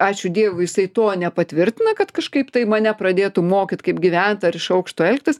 ačiū dievui jisai to nepatvirtina kad kažkaip tai mane pradėtų mokyt kaip gyvent ar iš aukšto elgtis